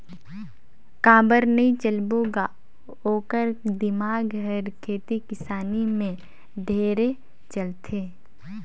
काबर नई चलबो ग ओखर दिमाक हर खेती किसानी में ढेरे चलथे